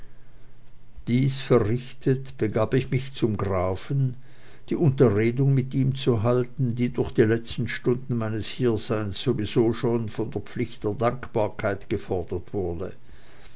dies verrichtet begab ich mich zum grafen die unterredung mit ihm zu halten die durch die letzten stunden meines hierseins sowie schon von der pflicht der dankbarkeit gefordert wurde